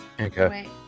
Okay